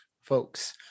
folks